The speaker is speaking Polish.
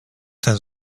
ten